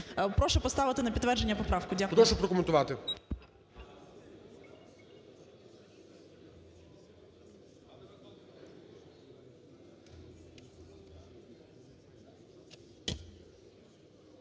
Прошу поставити на підтвердження поправку. Дякую. ГОЛОВУЮЧИЙ. Прошу прокоментувати.